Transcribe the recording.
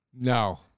No